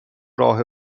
راه